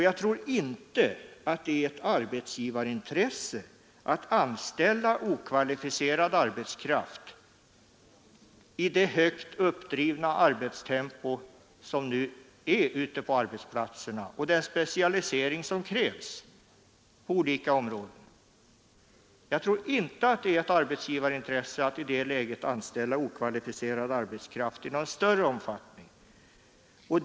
Jag tror dessutom inte att det är ett arbetsgivarintresse att i någon större omfattning anställa okvalificerad arbetskraft i det högt uppdrivna arbetstempo som nu råder ute på arbetsplatserna och med den specialisering som krävs på olika områden.